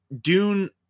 dune